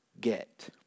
get